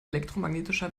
elektromagnetischer